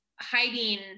hiding